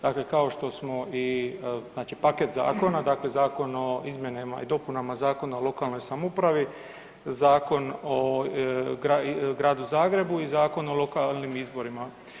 Dakle, kao što smo i, znači paket zakona znači Zakon o izmjenama i dopunama Zakona o lokalnoj samoupravi, Zakon o Gradu Zagrebu i Zakon o lokalnim izborima.